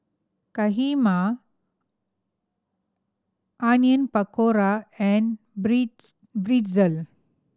Kheema Onion Pakora and Pretzel